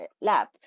Lab